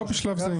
לא בשלב זה.